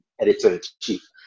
editor-in-chief